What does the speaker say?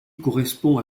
correspond